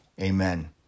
Amen